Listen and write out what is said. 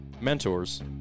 mentors